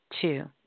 two